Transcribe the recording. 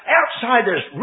outsiders